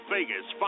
Vegas